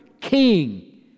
king